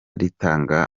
ritanga